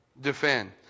defend